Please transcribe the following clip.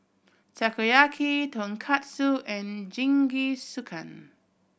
Takoyaki Tonkatsu and Jingisukan